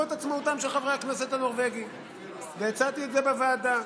את עצמאותם של חברי הכנסת הנורבגים והצעתי את זה בוועדה.